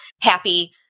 happy